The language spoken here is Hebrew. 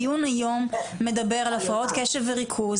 הדיון היום מדבר על הפרעות קשב וריכוז,